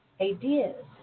ideas